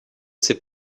ses